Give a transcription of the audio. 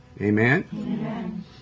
amen